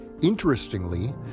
Interestingly